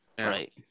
right